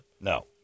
No